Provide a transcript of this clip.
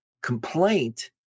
complaint